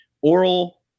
oral